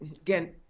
again